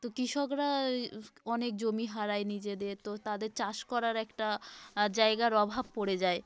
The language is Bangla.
তো কৃষকরা এই অনেক জমি হারায় নিজেদের তো তাদের চাষ করার একটা জায়গার অভাব পড়ে যায়